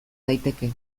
daiteke